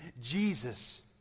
Jesus